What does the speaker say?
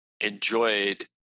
enjoyed